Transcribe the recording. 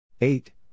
eight